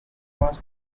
was